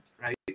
right